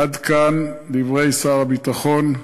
עד כאן דברי שר הביטחון.